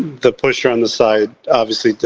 the pusher on the side. obviously,